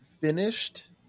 finished